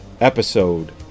episode